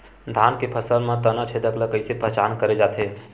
धान के फसल म तना छेदक ल कइसे पहचान करे जाथे?